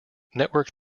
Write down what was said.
network